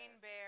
Bear